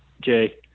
Jay